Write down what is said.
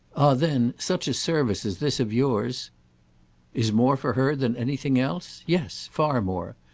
then such a service as this of yours is more for her than anything else? yes far more.